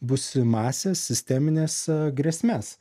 būsimąsias sistemines grėsmes